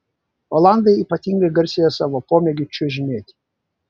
olandai ypatingai garsėja savo pomėgiu čiuožinėti